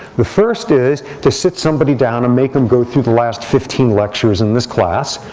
the first is to sit somebody down and make them go through the last fifteen lectures in this class.